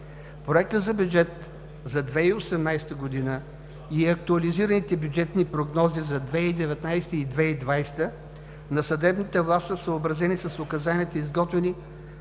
Проектът за бюджет за 2018 г. и актуализираните бюджетни прогнози за 2019 и 2020 г. на съдебната власт са съобразени с указанията за изготвяне